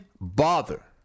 bother